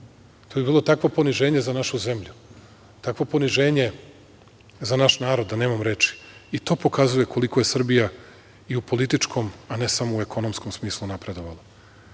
To bi bilo takvo poniženje za našu zemlju, takvo poniženje za naš narod da nemam reči. I to pokazuje koliko je Srbija i u političkom, a ne samo u ekonomskom smislu napredovala. Mi